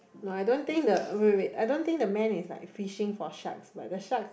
no I don't think the wait wait I don't think the man is like fishing for sharks like the shark